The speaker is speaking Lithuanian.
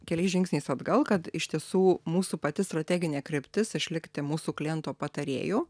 keliais žingsniais atgal kad iš tiesų mūsų pati strateginė kryptis išlikti mūsų kliento patarėju